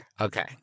Okay